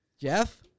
Jeff